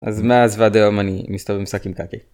אז מאז ועד היום אני מסתובב עם שק עם קקי